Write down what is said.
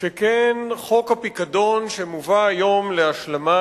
שכן חוק הפיקדון, שמובא היום להשלמה,